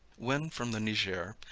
when, from the niger,